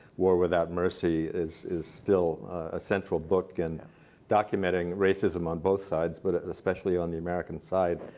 war without mercy, is is still a central book and documenting racism on both sides, but especially on the american side.